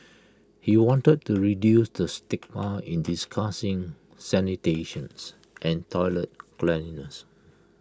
he wanted to reduce the stigma in discussing sanitations and toilet cleanliness